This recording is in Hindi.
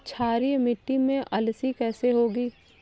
क्षारीय मिट्टी में अलसी कैसे होगी?